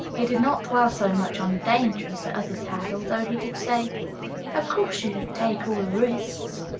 he did not dwell so much on the danger as the others had, although he did say of course you take all the risks.